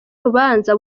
urubanza